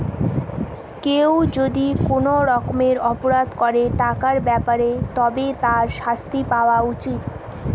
কেউ যদি কোনো রকমের অপরাধ করে টাকার ব্যাপারে তবে তার শাস্তি হওয়া উচিত